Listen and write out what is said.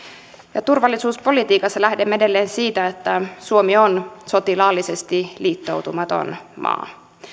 ja turvallisuuspolitiikassa lähdemme edelleen siitä että suomi on sotilaallisesti liittoutumaton maa